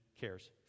cares